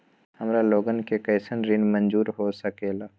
हमार लोगन के कइसन ऋण मंजूर हो सकेला?